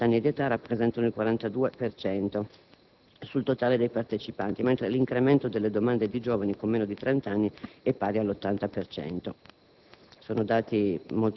I richiedenti con meno di 40 anni di età rappresentano il 42 per cento sul totale dei partecipanti, mentre l'incremento delle domande di giovani con meno di 30 anni è pari all'80